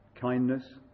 kindness